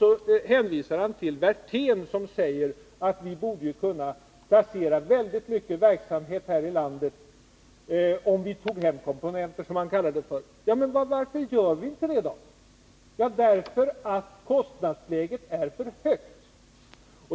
Så hänvisar Helge Karlsson till Werthén, som säger att vi borde kunna placera väldigt mycket verksamhet här i landet om vi tillverkade komponenter, som han kallade det. Men varför gör vi då inte det? Jo, därför att kostnadsläget är för högt.